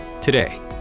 Today